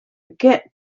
get